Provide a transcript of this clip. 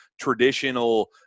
traditional –